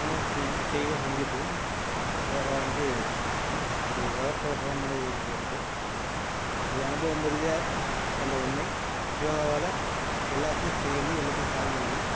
இன்னும் செய்வேன் செஞ்சுட்ருக்கேன் யோகா வந்து ஒரு வரப்பிரசாதம் மாதிரி இருக்கு எனக்கு இது அனுபவம் ரீதியாக கண்ட உண்மை யோகாவால் எல்லாத்தையும் செய்ய முடியும் எல்லாத்தையும் சாதிக்க முடியும்